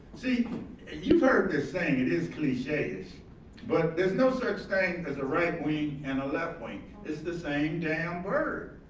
see ah you've heard this saying, it is cliche, but there's no such thing as a right wing and a left wing. it's the same damn bird.